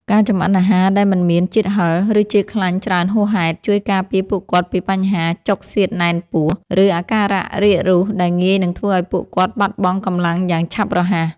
ការចម្អិនអាហារដែលមិនមានជាតិហឹរ ឬជាតិខ្លាញ់ច្រើនហួសហេតុ ជួយការពារពួកគាត់ពីបញ្ហាចុកសៀតណែនពោះ ឬអាការៈរាគរូសដែលងាយនឹងធ្វើឱ្យពួកគាត់បាត់បង់កម្លាំងយ៉ាងឆាប់រហ័ស។